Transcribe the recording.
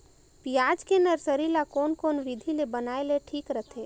पियाज के नर्सरी ला कोन कोन विधि ले बनाय ले ठीक रथे?